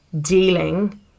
dealing